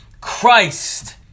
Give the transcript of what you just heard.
Christ